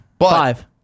Five